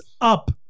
up